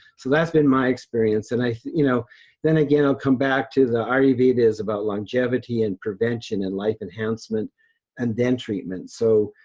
so that's been my experience. and you know then again, i'll come back to the ayurveda is about longevity and prevention and life enhancement and then treatment. so,